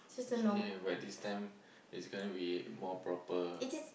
is okay by this time is it gonna be more proper